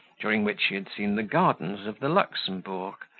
during which she had seen the gardens of the luxembourg,